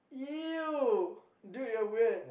!eww! dude you're weird